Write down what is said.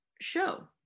show